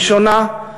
הראשונה,